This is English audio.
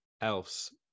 else